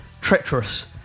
treacherous